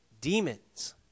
demons